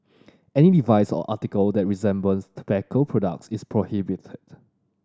any device or article that resembles tobacco products is prohibited